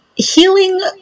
healing